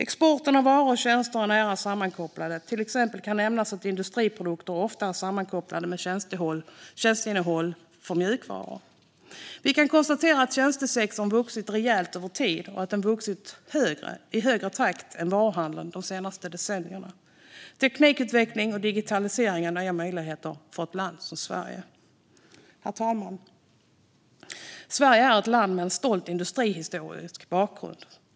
Exporten av varor och tjänster är nära sammankopplade. Till exempel kan nämnas att industriprodukter ofta är sammankopplade med tjänsteinnehåll i form av mjukvaror. Vi kan konstatera att tjänstesektorn har vuxit rejält över tid och att den har vuxit i högre takt än varuhandeln de senaste decennierna. Teknikutveckling och digitalisering är nya möjligheter för ett land som Sverige. Herr talman! Sverige är ett land med en stolt industrihistorisk bakgrund.